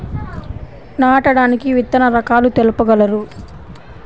నాటడానికి విత్తన రకాలు తెలుపగలరు?